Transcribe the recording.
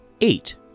Eight